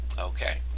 Okay